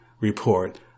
report